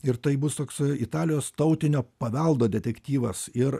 ir taip bus toks italijos tautinio paveldo detektyvas ir